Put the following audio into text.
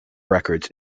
records